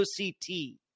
OCT